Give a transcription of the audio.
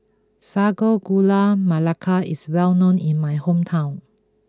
Sago Gula Melaka is well known in my hometown